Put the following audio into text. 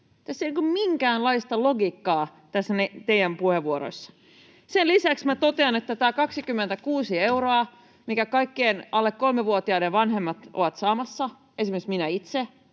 ei ole minkäänlaista logiikkaa. Sen lisäksi minä totean, että tämä 26 euroa, minkä kaikki alle kolmevuotiaiden vanhemmat ovat saamassa — esimerkiksi minä itse,